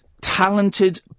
talented